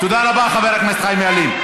תודה רבה, חבר הכנסת חיים ילין.